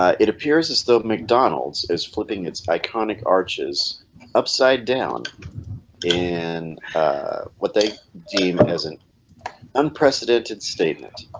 ah it appears as though of mcdonald's is flipping its iconic arches upside down and what they deem isn't unprecedented statement